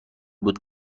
بود